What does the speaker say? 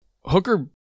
Hooker